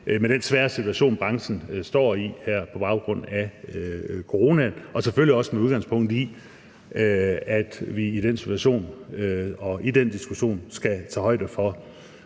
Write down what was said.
i den svære situation, branchen står i på baggrund af coronaen, og selvfølgelig også med udgangspunkt i, at vi i den situation og i den diskussion skal tage højde for,